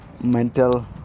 mental